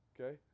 Okay